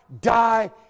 die